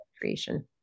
creation